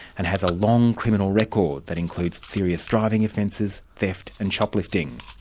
and has a long criminal record that includes serious driving offences, theft and shoplifting.